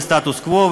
זה סטטוס-קוו,